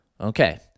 Okay